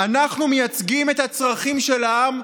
אנחנו מייצגים את הצרכים של העם,